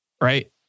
right